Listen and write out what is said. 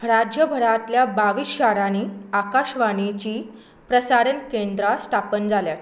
राज्य भरांतल्या बावीस शारांनी आकाशवाणीचीं प्रसारण केंद्रां स्थापन जाल्यांत